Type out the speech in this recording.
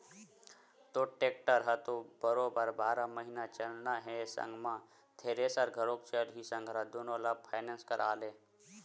तोर टेक्टर ह तो बरोबर बारह महिना चलना हे संग म थेरेसर घलोक चलही संघरा दुनो ल फायनेंस करा ले